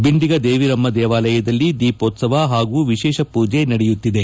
ಬಿಂಡಿಗ ದೇವಿರಮ್ಮ ದೇವಾಲಯದಲ್ಲಿ ದೀಪೋತ್ಸವ ಹಾಗು ವಿಶೇಷ ಪುಜೆ ನಡೆಯುತ್ತಿದೆ